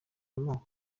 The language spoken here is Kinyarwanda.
amoko